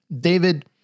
David